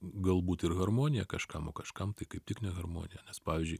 galbūt ir harmonija kažkam o kažkam tai kaip tik ne harmoniją nes pavyzdžiui